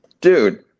Dude